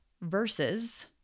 Versus